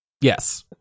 Yes